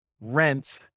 rent